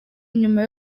nyuma